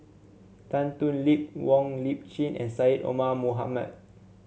Tan Thoon Lip Wong Lip Chin and Syed Omar Mohamed